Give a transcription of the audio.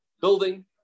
building